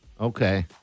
Okay